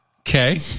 Okay